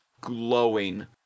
glowing